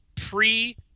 pre